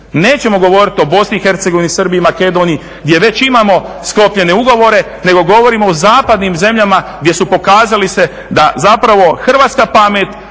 Nećemo govoriti o Bosni i Hercegovini, Srbiji i Makedoniji gdje već imamo sklopljene ugovore nego govorimo o zapadnim zemljama gdje su pokazali se da zapravo hrvatska pamet